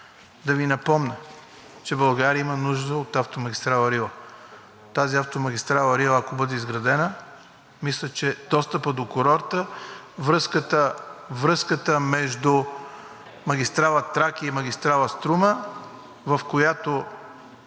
да Ви напомня, че България има нужда от автомагистрала „Рила“. Тази автомагистрала „Рила“, ако бъде изградена, мисля, че достъпът до курорта, връзката между магистрала „Тракия“ и магистрала „Струма“, в която